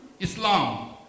Islam